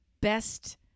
best